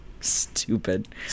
Stupid